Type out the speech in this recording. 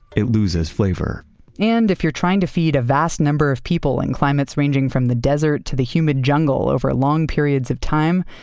it loses flavor and if you're trying to feed a vast number number of people in climates ranging from the desert to the humid jungle over long periods of time,